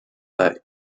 that